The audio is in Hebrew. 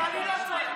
אני רוצה להגיד.